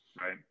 right